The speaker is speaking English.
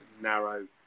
narrow